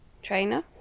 trainer